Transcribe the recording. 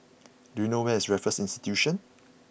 do you know where is Raffles Institution